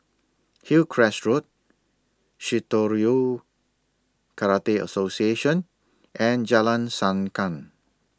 Hillcrest Road Shitoryu Karate Association and Jalan Sankam